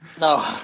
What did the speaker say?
No